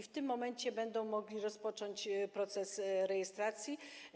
W tym momencie będą mogli rozpocząć proces rejestracji.